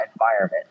environment